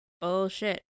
Bullshit